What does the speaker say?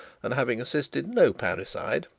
and having assisted no parricide,